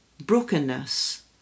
brokenness